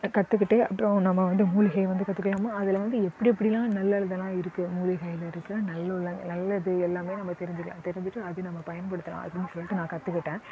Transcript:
கற்றுக்கிட்டு அப்புறம் நம்ம வந்து மூலிகையை வந்து கற்றுக்கலாம் அதில் வந்து எப்படி எப்படிலாம் நல்ல இதெல்லாம் இருக்குது மூலிகையில் இருக்க நல்ல நல்லது எல்லாமே நம்ம தெரிஞ்சுக்கலாம் தெரிஞ்சிகிட்டு அது நம்ம பயன்படுத்தலாம் அப்படின்னு சொல்லிட்டு நான் கற்றுக்கிட்டேன்